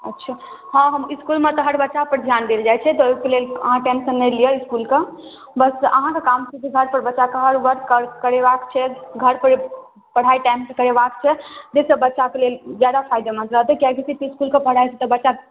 अच्छा हँ हम इसकूलमे तऽ हर बच्चापर ध्यान देल जाइ छै तऽ ओहिके लेल अहाँ टेंसन नहि लिअ इसकूलके बस अहाँके काम छी जे घरपर बच्चाकेँ हर वर्क कर करेबाक छै घरपर पढ़ाइ टाइमसँ करेबाक छै जाहिसँ बच्चाके लेल ज्यादा फायदेमन्द रहतै ज्यादे किएकि सिर्फ इसकूलके पढ़ाइसँ तऽ बच्चा